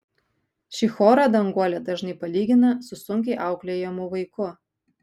šį chorą danguolė dažnai palygina su sunkiai auklėjamu vaiku